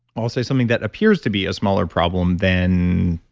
i'll say something that appear to be a smaller problem than,